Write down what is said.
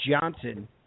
Johnson